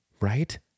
Right